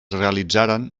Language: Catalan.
realitzaren